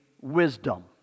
wisdom